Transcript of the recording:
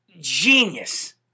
genius